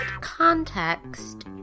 context